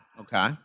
Okay